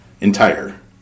entire